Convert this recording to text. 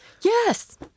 Yes